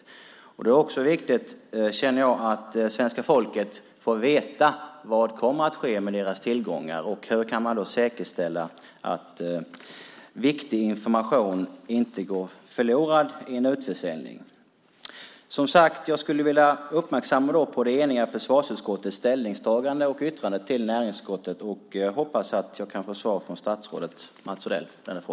Jag känner att det också är viktigt att svenska folket får veta vad som kommer att ske med dess tillgångar. Hur kan man säkerställa att viktig information inte går förlorad vid en utförsäljning? Jag skulle, som sagt, vilja fästa uppmärksamheten på ett enigt försvarsutskotts ställningstagande och yttrande till näringsutskottet. Jag hoppas att jag kan få svar från statsrådet Mats Odell.